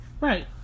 right